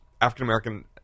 African-American